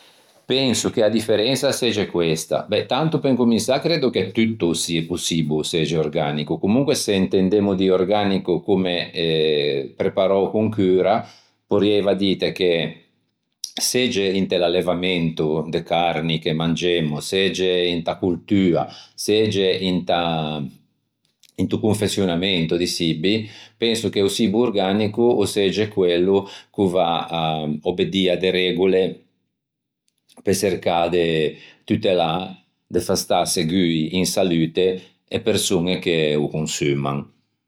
Penso che a differensa a segge questa. Beh tanto pe incomensâ creddo che tutto o çibbo o segge organico, comunque se intendemmo dî organico comme preparou con cura, porrieiva dite che segge inte l'allevamento de carni che mangemmo, segge inta coltua, segge inta into confeçionamento di çibbi, penso che o çibbo organico o segge quello ch'o va à obedî à de regole pe çercâ de tutelâ, de fâ stâ segui in salute e persoñe che ô consumman.